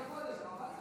הבוס.